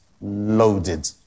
loaded